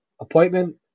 appointment